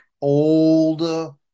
old